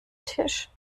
tisch